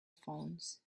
phones